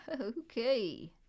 okay